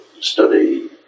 study